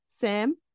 Sam